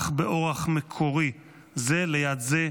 אך באורח מקורי זה ליד זה,